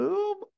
Boom